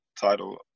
title